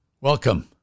Welcome